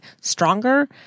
stronger